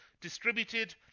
distributed